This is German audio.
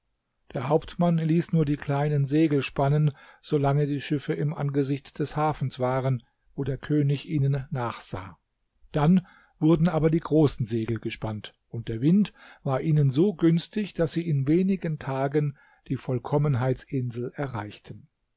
der hauptmann ließ nur die kleinen segel spannen solange die schiffe im angesicht des hafens waren wo der könig ihnen nachsah dann wurden aber die großen segel gespannt und der wind war ihnen so günstig daß sie in wenigen tagen die vollkommenheitsinsel erreichten